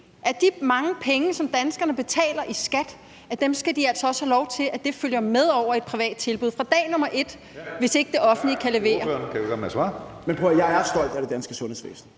at de mange penge, som danskerne betaler i skat, skal de altså også have lov til følger med over i et privat tilbud fra dag nummer et, hvis ikke det offentlige kan levere? Kl. 10:36 Tredje næstformand (Karsten